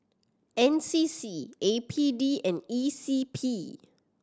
N C C A P D and E C P